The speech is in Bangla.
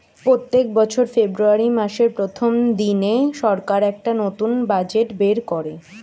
পোত্তেক বছর ফেব্রুয়ারী মাসের প্রথম দিনে সরকার একটা করে নতুন বাজেট বের কোরে